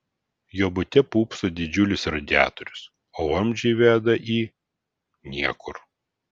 jo bute pūpso didžiulis radiatorius o vamzdžiai veda į niekur